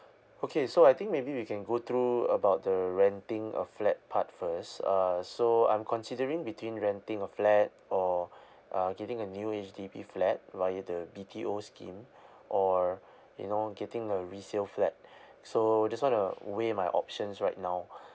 okay so I think maybe we can go through about the renting a flat part first uh so I'm considering between renting a flat or uh getting a new H_D_B flat via the B_T_O scheme or you know getting a resale flat so just want to weigh my options right now